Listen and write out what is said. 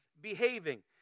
behaving